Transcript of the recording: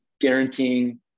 guaranteeing